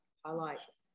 highlight